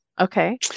Okay